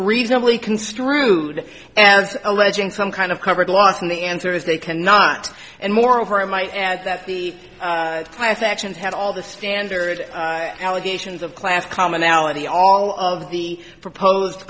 reasonably construed as alleging some kind of covered loss and the answer is they cannot and moreover i might add that the class actions have all the standard allegations of class commonality all of the proposed